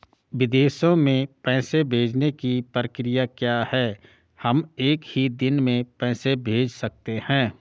विदेशों में पैसे भेजने की प्रक्रिया क्या है हम एक ही दिन में पैसे भेज सकते हैं?